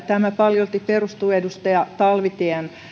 tämä paljolti perustuu edustaja talvitien